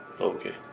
okay